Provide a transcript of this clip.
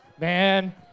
Man